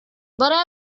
but